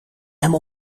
hem